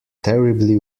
terribly